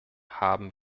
haben